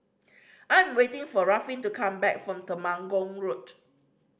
I am waiting for Ruffin to come back from Temenggong Road